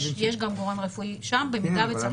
יש גם גורם רפואי שם במידה וצריך לבדוק אותם.